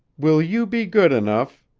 will you be good enough,